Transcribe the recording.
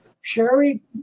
Sherry